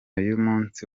y’umunsi